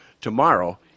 tomorrow